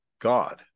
God